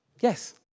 Yes